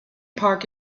park